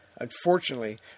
Unfortunately